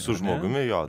su žmogumi jo